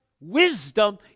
wisdom